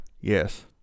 Yes